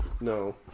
no